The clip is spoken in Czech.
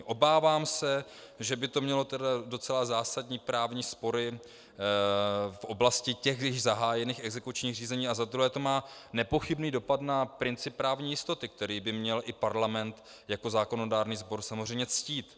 Obávám se, že by to mělo tedy docela zásadní právní spory v oblasti již zahájených exekučních řízení a za druhé to má nepochybný dopad na princip právní jistoty, který by měl i parlament jako zákonodárný sbor samozřejmě ctít.